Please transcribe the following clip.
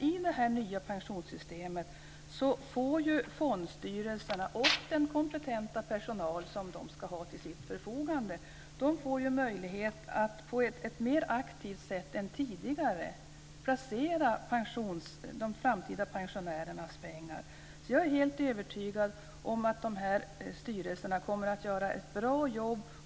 I det nya pensionssystemet får fondstyrelserna och den kompetenta personal de ska ha till sitt förfogande möjlighet att på ett mer aktivt sätt än tidigare placera de framtida pensionärernas pengar. Jag är helt övertygad om att styrelserna kommer att göra ett bra jobb.